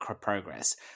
progress